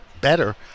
better